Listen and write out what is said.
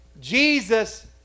Jesus